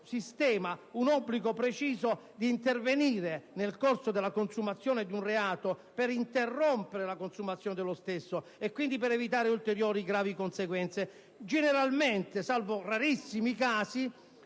sistema l'obbligo preciso di intervenire nel corso della consumazione del reato per interrompere la consumazione dello stesso e quindi per evitare ulteriori gravi conseguenze. Generalmente, salvo rarissimi casi,